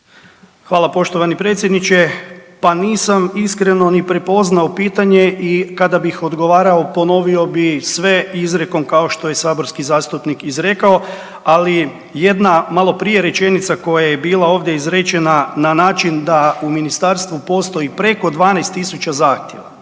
Hvala poštovani predsjedniče. Pa nisam iskreno ni prepoznao pitanje i kada bih odgovarao ponovio bi sve izrijekom kao što je i saborski zastupnik izrekao, ali jedna malo prije rečenica koja je bila ovdje izrečena na način da u ministarstvu postoji preko 12.000 zahtjeva